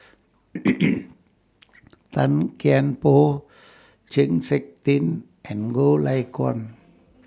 Tan Kian Por Chng Seok Tin and Goh Lay Kuan